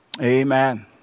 Amen